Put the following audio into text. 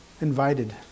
invited